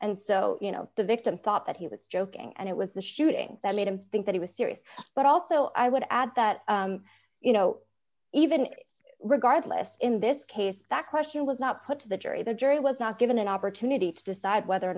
and so you know the victim thought that he was joking and it was the shooting that made him think that he was serious but also i would add that you know even regardless in this case that question was not put to the jury the jury was not given an opportunity to decide whether or